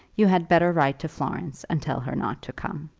you had better write to florence, and tell her not to come.